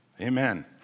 Amen